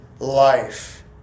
life